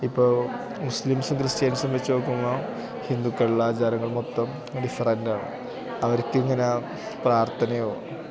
ഇപ്പോൾ മുസ്ലിംസും ക്രിസ്ത്യൻസും വെച്ച് നോക്കുമ്പം ഹിന്ദുക്കളാചാരങ്ങൾ മൊത്തം ഡിഫ്രൻറ്റാണ് അവർക്കിങ്ങനെ പ്രാർത്ഥനയോ